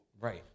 Right